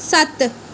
सत्त